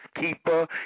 keeper